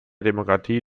demokratie